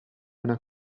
una